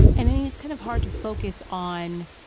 and, i mean, it's kind of hard to focus on